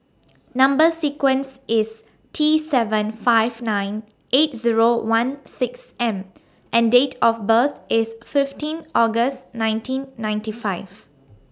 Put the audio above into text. Number sequence IS T seven five nine eight Zero one six M and Date of birth IS fifteen August nineteen ninety five